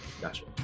Gotcha